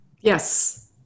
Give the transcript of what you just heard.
Yes